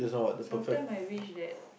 sometime I wish that